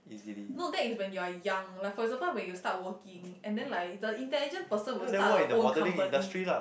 no that is when you are young like for example when you start working and then like the intelligent person will start a own company